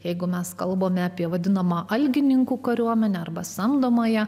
jeigu mes kalbame apie vadinamą algininkų kariuomenę arba samdomąją